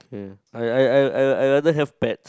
ya I I I I I rather have pets